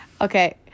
Okay